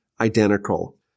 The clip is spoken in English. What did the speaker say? identical